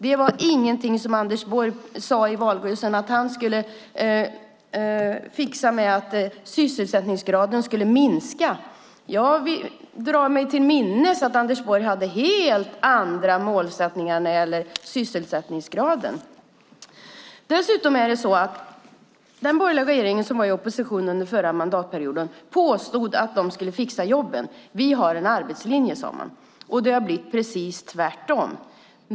Anders Borg sade ingenting i valrörelsen om att han skulle fixa så att sysselsättningsgraden skulle minska. Jag drar mig till minnes att Anders Borg hade helt andra målsättningar när det gäller sysselsättningsgraden. Den borgerliga regeringen - som var i opposition - påstod att de skulle fixa jobben. Man sade att man har en arbetslinje. Det har blivit precis tvärtom.